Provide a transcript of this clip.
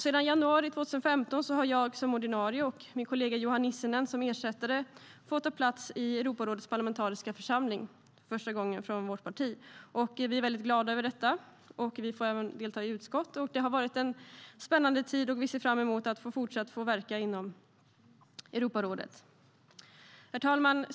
Sedan januari 2015 har jag som ordinarie och min kollega Johan Nissinen som ersättare för första gången från vårt parti fått ta plats i Europarådets parlamentariska församling, och vi får även delta i utskott. Vi är väldigt glada över detta. Det har varit en spännande tid, och vi ser fram emot att fortsätta att verka inom Europarådet. Herr talman!